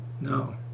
No